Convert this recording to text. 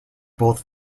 both